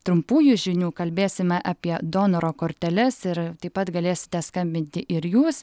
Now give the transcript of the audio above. trumpųjų žinių kalbėsime apie donoro korteles ir taip pat galėsite skambinti ir jūs